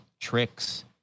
tricks